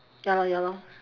ya lor ya lor